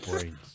brains